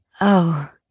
Oh